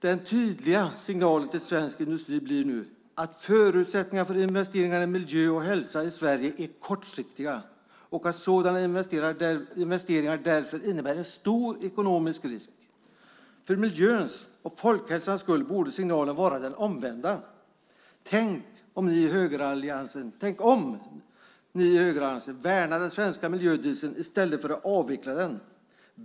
Den tydliga signalen till svensk industri blir nu att förutsättningarna för investeringar i miljö och hälsa i Sverige är kortsiktiga och att sådana investeringar därför innebär en stor ekonomisk risk. För miljöns och folkhälsans skull borde signalen vara den omvända. Tänk om, ni i högeralliansen. Värna den svenska miljödieseln i stället för att avveckla den.